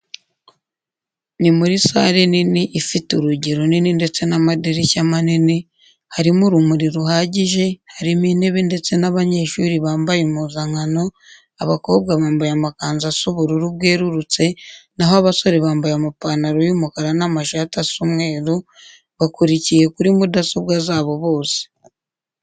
Ni muri sale nini, ifite urugi runini ndetse n'amadirishya manini, harimo urumuri ruhagije, harimo intebe ndetse n'abanyeshuli bambaye impuzankano, abakobwa bambaye amakanzu asa ubururu bwerurutse, naho abasore bambaye amapantaro y'umukara n'amashati asa umweru, bakurukiye kuri mudasobwa zabo bose.